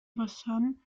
basan